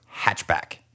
hatchback